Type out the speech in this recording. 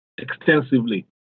Extensively